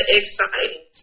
exciting